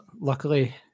luckily